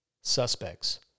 suspects